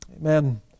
Amen